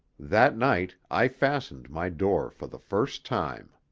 that night i fastened my door for the first time.